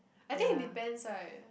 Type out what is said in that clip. I think it depends right